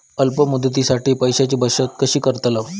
अल्प मुदतीसाठी पैशांची बचत कशी करतलव?